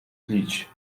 tlić